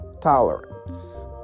tolerance